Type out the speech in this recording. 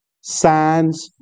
signs